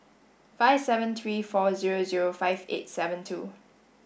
five seven three four zero zero five eight seven two